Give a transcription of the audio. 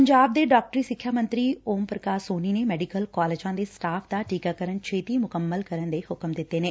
ਪੰਜਾਬ ਦੇ ਡਾਕਟਰੀ ਸਿੱਖਿਆ ਮੰਤਰੀ ਓਮ ਪ੍ਰਕਾਸ਼ ਸੋਨੀ ਨੇ ਮੈਡੀਕਲ ਕਾਲਜਾਂ ਦੇ ਸਟਾਫ਼ ਦਾ ਟੀਕਾਕਰਨ ਛੇਤੀ ਮੁਕੰਮਲ ਕਰਨ ਦੇ ਹੁਕਮ ਦਿੱਤੇ ਨੇ